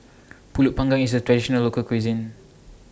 Pulut Panggang IS A Traditional Local Cuisine